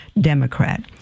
Democrat